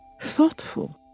thoughtful